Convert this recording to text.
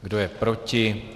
Kdo je proti?